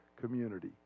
community